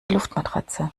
luftmatratze